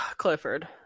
Clifford